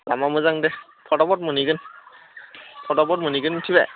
लामा मोजां दे फथाफथ मोनहैगोन फथाफथ मोनहैगोन मिथिबाय